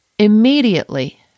Immediately